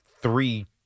three